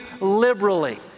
liberally